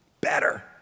better